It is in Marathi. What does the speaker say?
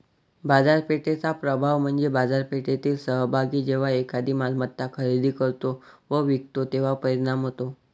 बाजारपेठेचा प्रभाव म्हणजे बाजारपेठेतील सहभागी जेव्हा एखादी मालमत्ता खरेदी करतो व विकतो तेव्हा परिणाम होतो